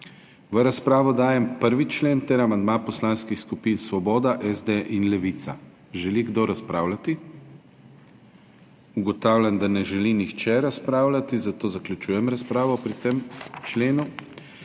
V razpravo dajem 1. člen ter amandma poslanskih skupin Svoboda, SD in Levica. Želi kdo razpravljati? Ugotavljam, da ne želi nihče razpravljati, zato zaključujem razpravo pri tem členu.